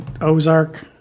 Ozark